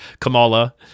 Kamala